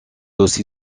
aussi